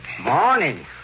Morning